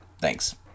Thanks